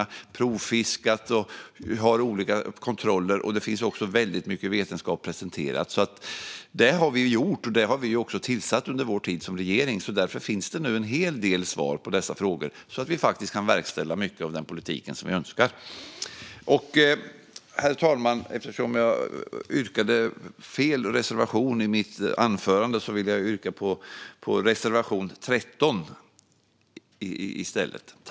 De har provfiskat och utfört olika kontroller. Det finns också mycket vetenskap presenterad. Det här har vi gjort, och vi har tillsatt utredningar under vår tid som regering. Därför finns det nu en hel del svar på dessa frågor så att vi faktiskt kan verkställa mycket av den politik som vi önskar. Herr talman! Eftersom jag yrkade bifall till fel reservation i mitt anförande vill jag nu yrka bifall till reservation 13 i stället.